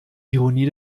ironie